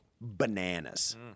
bananas